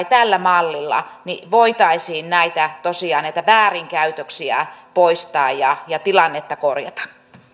tällä mallilla voitaisiin tosiaan näitä väärinkäytöksiä poistaa ja ja tilannetta korjata